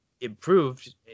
improved